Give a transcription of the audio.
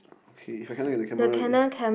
okay if I cannot get the camera